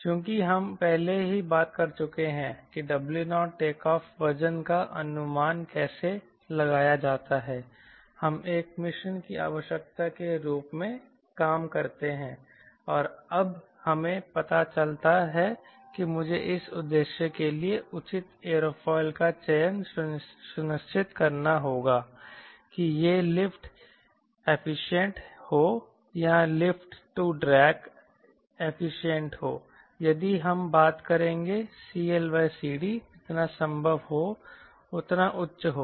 चूँकि हम पहले ही बात कर चुके हैं कि W0 टेकऑफ़ वज़न का अनुमान कैसे लगाया जाता है हम एक मिशन की आवश्यकता के रूप में काम करते हैं और अब हमें पता चलता है कि मुझे इस उद्देश्य के लिए उचित एयरोफिल का चयन सुनिश्चित करना होगा कि यह लिफ्ट एफिशिएंट हो या लिफ्ट तू ड्रैग एफिशिएंट हो यही हम बात करेंगे CLCD जितना संभव हो उतना उच्च हो